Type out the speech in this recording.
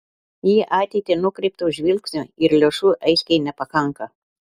į ateitį nukreipto žvilgsnio ir lėšų aiškiai nepakanka